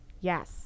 Yes